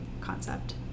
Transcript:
concept